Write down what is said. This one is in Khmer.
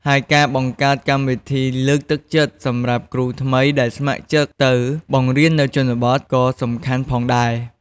ហើយការបង្កើត កម្មវិធីលើកទឹកចិត្ត សម្រាប់គ្រូថ្មីដែលស្ម័គ្រចិត្តទៅបង្រៀននៅជនបទ ក៏សំខាន់ផងដែរ។